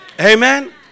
Amen